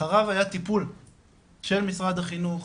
אחריו היה טיפול של משרד החינוך,